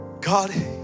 God